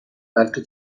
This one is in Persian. بلکه